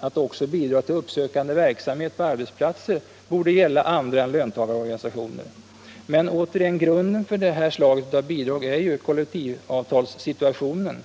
att också bidrag till uppsökande verksamhet på arbetsplatser skall avse andra än löntagarorganisationer. Men förutsättningen för detta slag av bidrag är ju kollektivavtalssituationen.